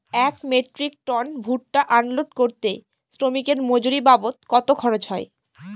এক metric ton ভুট্টা unload করতে শ্রমিকের মজুরি বাবদ কত খরচ হয়?